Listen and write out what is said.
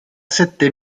sette